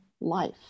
life